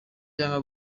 yanga